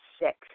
sick